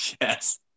Yes